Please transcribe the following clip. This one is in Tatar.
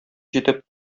җитеп